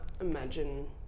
imagine